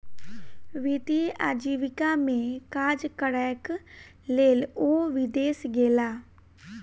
वित्तीय आजीविका में काज करैक लेल ओ विदेश गेला